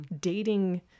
Dating